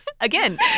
again